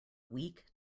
weak